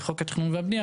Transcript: לחוק התכנון והבנייה,